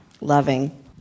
loving